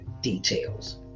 details